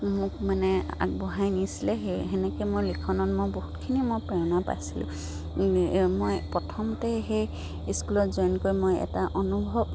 মোক মানে আগবঢ়াই নিছিলে সেই সেনেকৈ মই লিখনত মই বহুতখিনি মই প্ৰেৰণা পাইছিলোঁ মই প্ৰথমতে সেই স্কুলত জইন কৰি মই এটা অনুভৱ